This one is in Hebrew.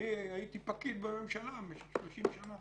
אני הייתי פקיד בממשלה במשך 30 שנה